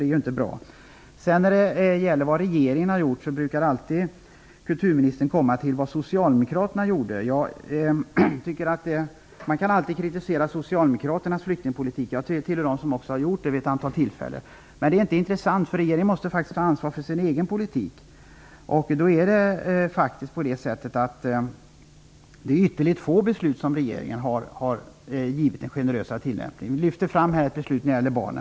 När det blir fråga om vad regeringen har gjort brukar kulturministern alltid komma till vad socialdemokraterna gjorde. Man kan förstås kritisera socialdemokraternas flyktingpolitik. Jag tillhör dem som har gjort det vid ett antal tillfällen. Men det är inte intressant. Regeringen måste faktiskt ta ansvar för sin egen politik. Det är vid ytterst få beslut som regeringen har gjort en generösare tillämpning. Kulturministern lyfte fram beslut som gäller barn.